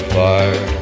fire